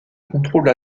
contrôle